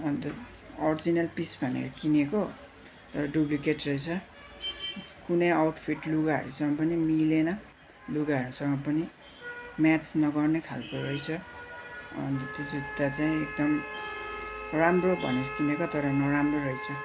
अन्त original piece भनेर किनेको तर डुप्लिकेट रहेछ कुनै आउटफिट लुगाहरूसँग पनि मिलेन लुगाहरूसँग पनि म्याच नगर्ने खालको रहेछ अन्त त्यो जुत्ता चाहिँ एकदम राम्रो भनेर किनेको तर नराम्रो रहेछ